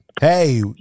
Hey